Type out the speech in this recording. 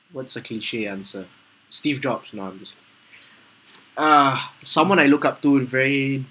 what's a cliche answer steve jobs no I'm just ah someone I look up to is very